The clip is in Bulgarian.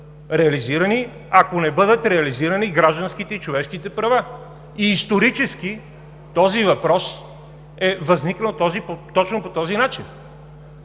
реализирани, ако не бъдат реализирани гражданските и човешките права. Исторически този въпрос е възникнал точно по този начин.